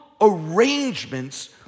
arrangements